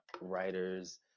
writers